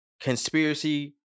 conspiracy